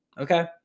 okay